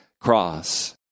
cross